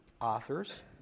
authors